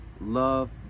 love